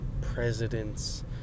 presidents